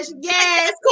yes